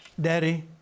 Daddy